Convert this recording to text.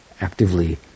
actively